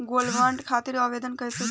Gold bond खातिर आवेदन कैसे दिही?